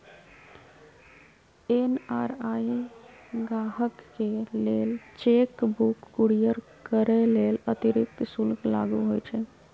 NRI गाहकके लेल cheque book courier करय लेल अतिरिक्त शुल्क लागू होइ छइ